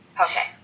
Okay